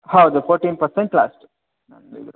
ಹೌದು fourteen percent last